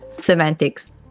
semantics